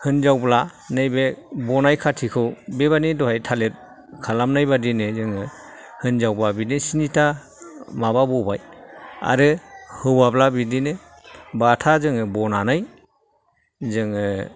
हिन्जावब्ला नैबे बनाय खाथिखौ बेबायदि दहाय थालेर खालामनाय बादिनो जों हिनजावबा बिदि स्नि था माबा बबाय आरो हौवाब्ला बिदिनो बाथा जोङो बनानै जोङो